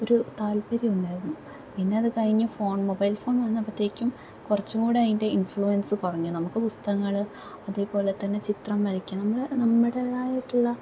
ഒരു താല്പര്യമുണ്ടായിരുന്നു പിന്നതു കഴിഞ്ഞ് ഫോൺ മൊബൈൽ ഫോൺ വന്നപ്പത്തേക്കും കുറച്ചുങ്കൂടതിൻ്റെ ഇൻഫ്ലുവൻസ്സ് കുറഞ്ഞു നമുക്ക് പുസ്തകങ്ങൾ അതേപോലെ തന്നെ ചിത്രം വരക്കാൻ നമ്മൾ നമ്മടേതായിട്ടുള്ള എന്താണ്